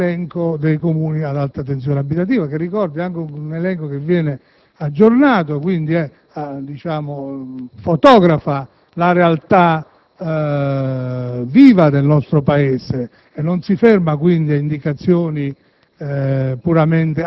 dell'elenco dei Comuni ad alta tensione abitativa. Ricordo che tale elenco viene aggiornato e quindi fotografa la realtà viva del nostro Paese e non si ferma ad indicazioni